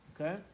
Okay